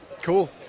Cool